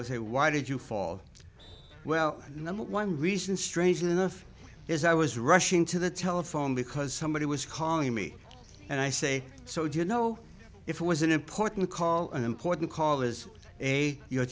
say why did you fall well number one reason strangely enough is i was rushing to the telephone because somebody was calling me and i say so do you know if it was an important call an important call is a your